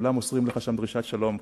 כולם שם מוסרים לך דרישת שלום,